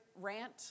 rant